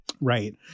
right